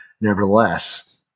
nevertheless